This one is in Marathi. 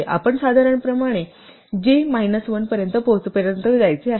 आपण साधारणपणे j मायनस 1 पर्यंत पोहोचेपर्यंत जायचे आहे